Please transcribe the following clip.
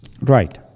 Right